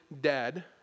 dead